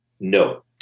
no